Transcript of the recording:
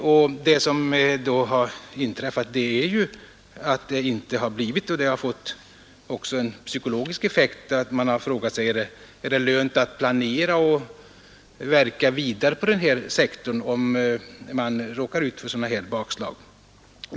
Nu har det inte blivit så, och detta har också fått en psykologisk effekt i det man har frågat sig: Är det lönt att planera och verka vidare på denna sektor om vi råkar ut för sådana här bakslag?